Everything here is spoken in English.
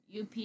Up